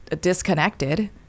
disconnected